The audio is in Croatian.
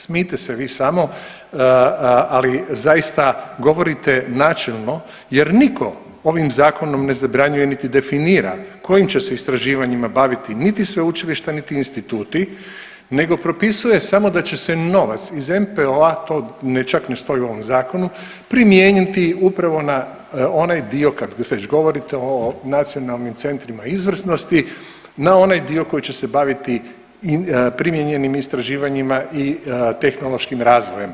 Smijte se vi samo, ali zaista govorite načelno jer nitko ovim Zakonom ne zabranjuje niti definira kojim će se istraživanjem baviti, niti sveučilište niti instituti nego propisuje samo da će se novac iz NPOO-a, to ne čak ne stoji u ovoj Zakonu, primijeniti upravo na onaj dio, kad već govorite o nacionalnim centrima izvrsnosti, na onaj dio koji će se baviti primijenjenim istraživanjima i tehnološkim razvojem.